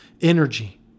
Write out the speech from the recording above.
Energy